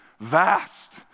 vast